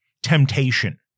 temptation